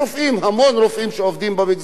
המון רופאים שעובדים במגזר היהודי,